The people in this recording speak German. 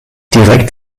direkt